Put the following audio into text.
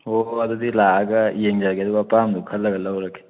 ꯑꯣ ꯑꯗꯨꯗꯤ ꯂꯥꯛꯑꯒ ꯌꯦꯡꯖꯒꯦ ꯑꯗꯨꯒ ꯑꯄꯥꯝꯕꯗꯣ ꯈꯜꯂꯒ ꯂꯧꯔꯒꯦ